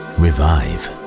revive